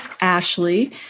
Ashley